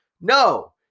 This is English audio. no